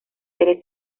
serie